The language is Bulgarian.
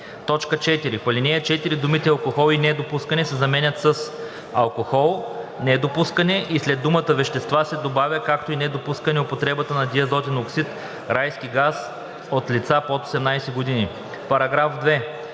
години“. 4. В ал. 4 думите „алкохол и недопускане“ се заменят с „алкохол, недопускане“ и след думата „вещества“ се добавя „както и недопускане употребата на диазотен оксид (райски газ) от лица под 18 години“. § 2.